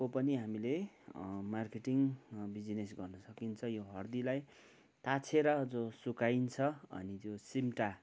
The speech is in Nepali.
को पनि हामीले मार्केटिङ बिजिनेस गर्न सकिन्छ यो हर्दीलाई ताछेर जो सुकाइन्छ अनि जो सिम्टा